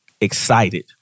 excited